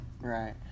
Right